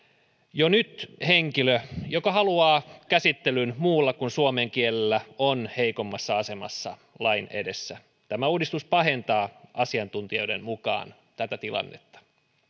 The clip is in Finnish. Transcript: jo nyt henkilö joka haluaa käsittelyn muulla kuin suomen kielellä on heikommassa asemassa lain edessä tämä uudistus pahentaa asiantuntijoiden mukaan tätä tilannetta